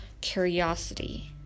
curiosity